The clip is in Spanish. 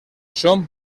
son